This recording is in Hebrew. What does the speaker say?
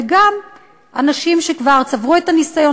וגם אנשים שכבר צברו את הניסיון,